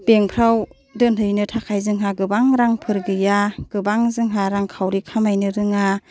बेंकफ्राव दोनहैनो थाखाय गोबां रांफोर गैया गोबां जोंहा रांखावरि खामायनो रोङा